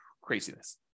Craziness